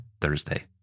Thursday